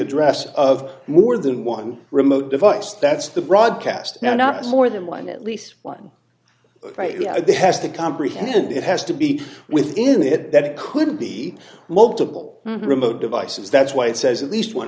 address of more than one remote device that's the broadcast now not more than one at least one has to comprehend it has to be within it that it couldn't be multiple remote devices that's why it says at least one